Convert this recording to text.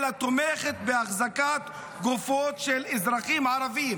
אלא תומכת בהחזקת גופות של אזרחים ערבים.